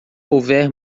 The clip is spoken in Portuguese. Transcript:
houver